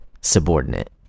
subordinate